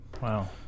Wow